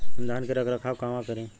धान के रख रखाव कहवा करी?